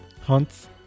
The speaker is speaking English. Hunts